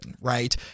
right